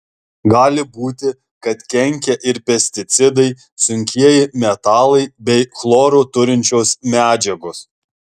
gali būti kad kenkia ir pesticidai sunkieji metalai bei chloro turinčios medžiagos